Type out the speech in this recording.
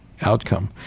outcome